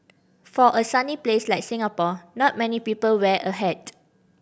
for a sunny place like Singapore not many people wear a hat